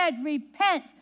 Repent